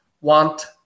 want